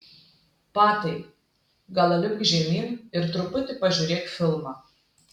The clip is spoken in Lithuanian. patai gal lipk žemyn ir truputį pažiūrėk filmą